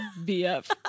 BF